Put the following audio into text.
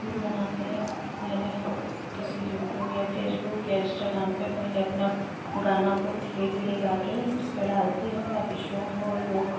सुर बनाते हैं पहले हम किसी यूटूब या फेशबुक या इश्टाग्राम पर पहले अपना गाना को धीरे धीरे गा कर उस पर डालते हैं ताकि शो हो लोग